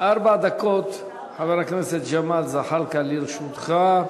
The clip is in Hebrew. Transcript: ארבע דקות, חבר הכנסת ג'מאל זחאלקה, לרשותך.